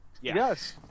Yes